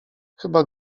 chyba